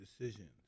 decisions